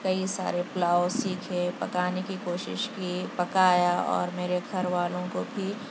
کئی سارے پلاؤ سیکھے پکانے کی کوشش کی پکایا اور میرے گھر والوں کو بھی